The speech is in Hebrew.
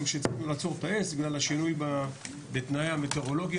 שהצלחנו לעצור את האש זה בגלל השינוי בתנאי המטאורולוגיה,